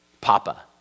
Papa